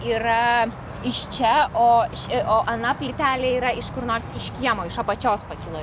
yra iš čia o ši o ana plytelė yra iš kur nors iš kiemo iš apačios pakilo